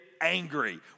angry